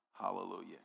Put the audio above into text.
Hallelujah